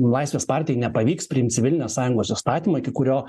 laisvės partijai nepavyks priimt civilinės sąjungos įstatymo iki kurio